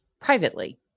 privately